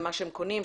למה שהם קונים,